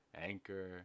anchor